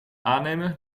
aannemen